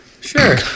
Sure